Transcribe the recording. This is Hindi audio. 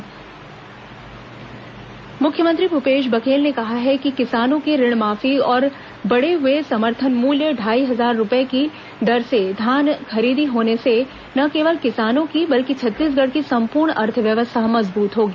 मुख्यमंत्री धान खरीदी मुख्यमंत्री भूपेश बघेल ने कहा है कि किसानों की ऋणमाफी और बढ़े हए समर्थन मूल्य ढाई हजार रूपये की दर से धान खरीदी होने से न केवल किसानों की बल्कि छत्तीसगढ़ की संपूर्ण अर्थव्यवस्था मजबूत होगी